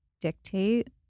dictate